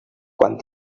quan